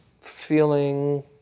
feeling